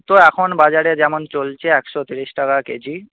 তো এখন বাজারে যেমন চলছে একশো তিরিশ টাকা কেজি